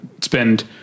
spend